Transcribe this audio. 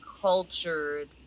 cultured